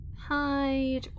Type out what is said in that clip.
hide